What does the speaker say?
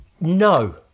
No